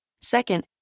Second